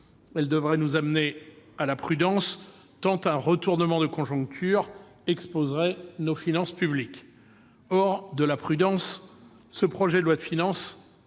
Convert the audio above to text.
Elles devraient nous inciter à la prudence, tant un retournement de conjoncture exposerait nos finances publiques. Or, de la prudence, ce projet de loi de finances